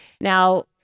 Now